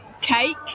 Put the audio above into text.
cake